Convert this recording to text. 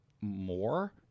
more